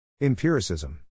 Empiricism